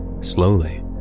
slowly